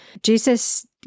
Jesus